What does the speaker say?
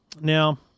now